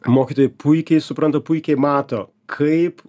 mokytojai puikiai supranta puikiai mato kaip